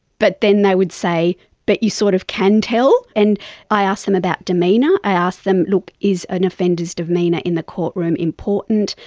but then they would say but you sort of can tell. and i asked them about demeanour, i asked, look, is an offender's demeanour in the courtroom important,